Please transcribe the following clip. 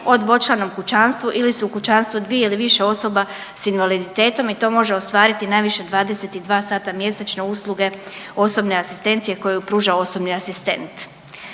o dvočlanom kućanstvu ili su u kućanstvu dvije ili više osoba sa invaliditetom i to može ostvariti najviše 22 sata mjesečno usluge osobne asistencije koju pruža osobni asistent.